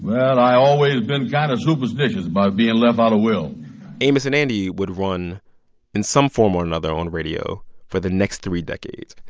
and i always been kind of superstitious about being left out of wills amos and andy would run in some form or another on radio for the next three decades.